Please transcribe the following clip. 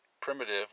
primitive